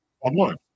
online